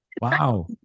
Wow